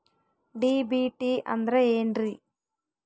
DBT ಅಂದ್ರ ಏನ್ರಿ?